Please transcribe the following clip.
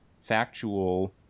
factual